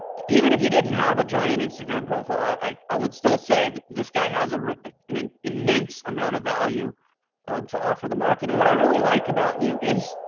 even if you didn't have a giant instagram profile, i would still say this guy has ah an an immense amount of value to offer the market. and what i really like about you is,